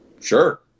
sure